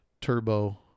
turbo